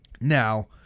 Now